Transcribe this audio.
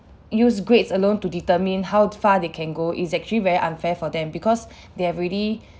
use grades alone to determine how far they can go it's actually very unfair for them because they have already